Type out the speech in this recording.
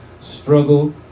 struggle